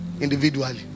Individually